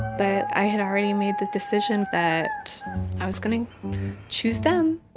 but i had already made the decision that i was going to choose them